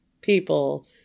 people